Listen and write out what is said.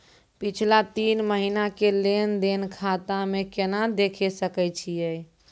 पिछला तीन महिना के लेंन देंन खाता मे केना देखे सकय छियै?